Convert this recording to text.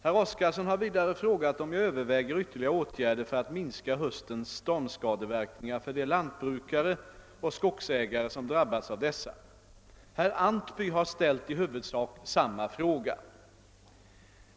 Herr Oskarson har vidare frågat om jag överväger ytterligare åtgärder för att minska höstens stormskadeverkningar för de lantbrukare och skogsägare som drabbats av dessa. Herr Antby har ställt i huvudsak samma fråga.